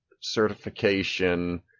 certification